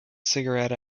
cigarette